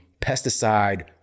pesticide